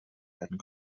werden